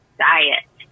diet